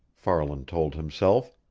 farland told himself.